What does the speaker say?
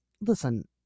Listen